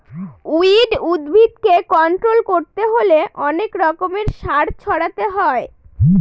weed উদ্ভিদকে control করতে হলে অনেক রকমের সার ছড়াতে হয়